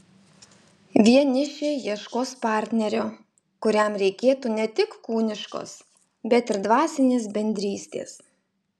vienišiai ieškos partnerio kuriam reikėtų ne tik kūniškos bet ir dvasinės bendrystės